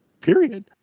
period